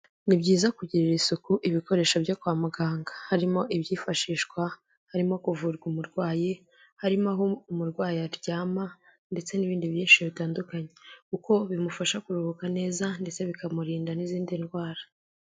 Ni byiza kugirira isuku ibikoresho byo kwa muganga harimo ibyifashishwa harimo kuvurwa umurwayi, harimo aho umurwayi aryama ndetse n'ibindi byinshi bitandukanye, kuko bimufasha kuruhuka neza ndetse bikamurinda n'izindi ndwara.